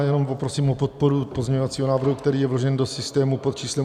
Jenom poprosím o podporu pozměňovacího návrhu, který je vložen do systému pod číslem 8299.